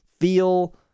feel